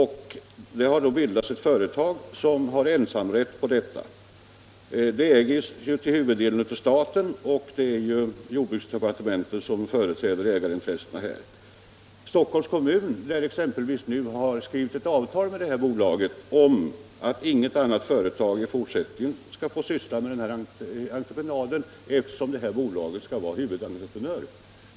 Det har bildats ett företag som har ensamrätt på denna avfallshantering. Det ägs till huvuddelen av staten, och jordbruksdepartementet företräder ägarintressena. Stockholms kommun lär exempelvis nu ha skrivit ett avtal med det här bolaget om att inget annat företag i fortsättningen skall få syssla med den här hanteringen, eftersom bolaget i fråga skall vara huvudentreprenör.